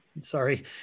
sorry